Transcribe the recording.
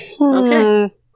Okay